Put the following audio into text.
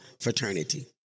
fraternity